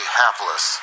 hapless